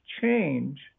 change